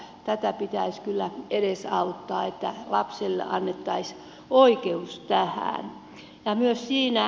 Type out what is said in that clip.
tätä pitäisi kyllä edesauttaa että lapsille annettaisiin oikeus tähän